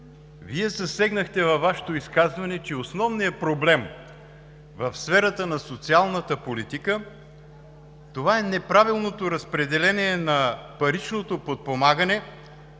Вие засегнахте, че основният проблем в сферата на социалната политика е неправилното разпределение на паричното подпомагане